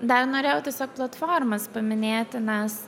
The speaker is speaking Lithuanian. dar norėjau tiesiog platformas paminėti nes